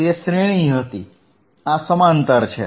તે શ્રેણી હતી આ સમાંતર છે